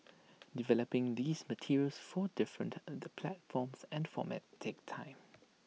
developing these materials for different and the platforms and formats takes time